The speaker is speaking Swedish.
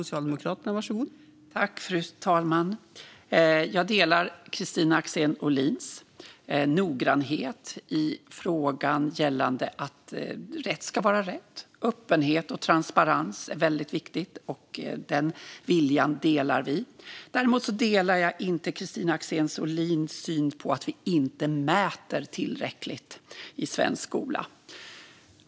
Fru talman! Jag delar Kristina Axén Olins noggrannhet i frågan gällande att rätt ska vara rätt. Öppenhet och transparens är väldigt viktigt. Den viljan delar vi. Däremot delar jag inte Kristina Axén Olins syn att vi inte mäter tillräckligt i svensk skola.